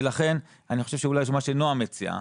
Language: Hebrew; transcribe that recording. ולכן אני חושב שאולי מה שנעה מציעה,